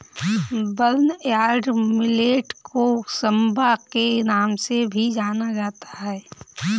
barnyard millet को सांवा के नाम से भी जाना जाता है